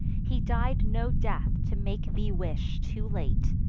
he died no death to make thee wish, too late,